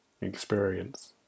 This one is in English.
experience